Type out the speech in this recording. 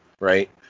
right